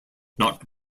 not